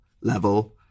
level